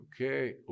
okay